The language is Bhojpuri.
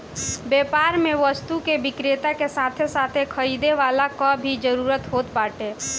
व्यापार में वस्तु के विक्रेता के साथे साथे खरीदे वाला कअ भी जरुरत होत बाटे